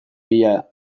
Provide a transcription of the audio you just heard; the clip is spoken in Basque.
mila